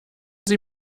sie